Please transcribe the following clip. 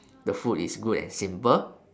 the food is good and simple